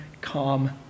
calm